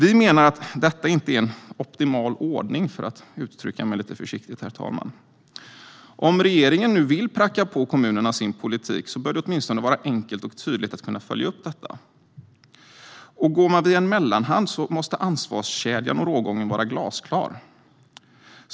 Vi menar att detta inte är en optimal ordning, för att uttrycka mig lite försiktigt. Om regeringen nu vill pracka på kommunerna sin politik bör det åtminstone vara enkelt och tydligt att kunna följa upp detta. Går man via en mellanhand måste ansvarskedjan och rågången vara glasklar.